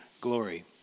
glory